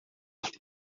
afite